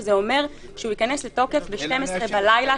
שזה אומר שהוא ייכנס לתוקף ב-12 בלילה,